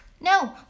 no